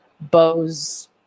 Bose